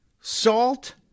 salt